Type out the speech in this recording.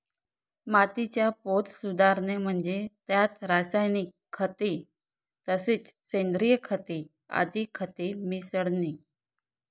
मातीचा पोत सुधारणे म्हणजे त्यात रासायनिक खते तसेच सेंद्रिय खते आदी खते मिसळणे